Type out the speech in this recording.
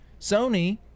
sony